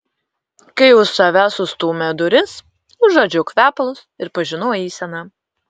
kai už savęs užstūmė duris užuodžiau kvepalus ir pažinau eiseną